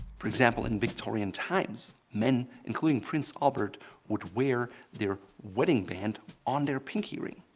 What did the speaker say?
for example, in victorian times, men including prince albert would wear their wedding band on their pinky ring.